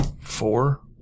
four